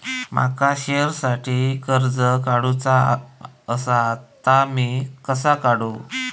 माका शेअरसाठी कर्ज काढूचा असा ता मी कसा काढू?